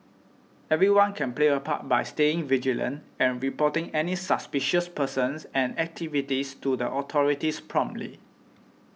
everyone can play a part by staying vigilant and reporting any suspicious persons and activities to the authorities promptly